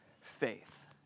faith